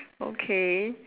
okay